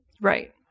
Right